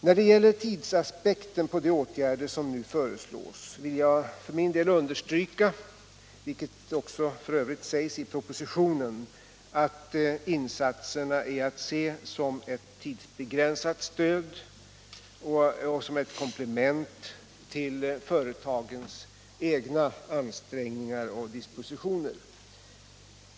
När det gäller tidsaspekten på de åtgärder som nu föreslås vill jag för min del understryka — vilket också f. ö. sägs i propositionen — att insatserna är att se som ett tidsbegränsat stöd och som ett komplement till företagens egna ansträngningar och dispositioner.